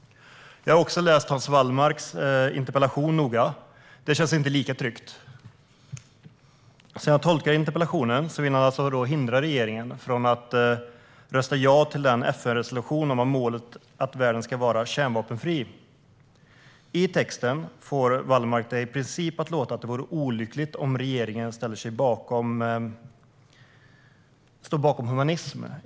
Jag har också läst Hans Wallmarks interpellation noga. Det känns inte lika tryggt. Som jag tolkar interpellationen vill han alltså hindra regeringen från att rösta ja till FN-resolutionen om målet att världen ska vara kärnvapenfri. I texten får Wallmark det i princip att låta som att det vore olyckligt om regeringen står bakom humanism.